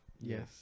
Yes